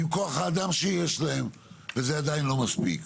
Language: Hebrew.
עם כוח האדם שיש להם וזה עדיין לא מספיק.